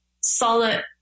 solid